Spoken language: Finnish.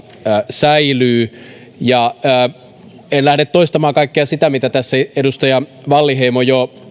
säilyy en lähde toistamaan kaikkea sitä mitä tässä edustaja wallinheimo jo